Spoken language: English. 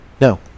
No